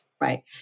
Right